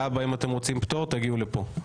להבא אם אתם רוצים פטור תגיעו לפה.